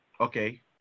Okay